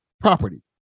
property